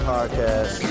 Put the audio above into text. Podcast